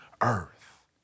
earth